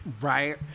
right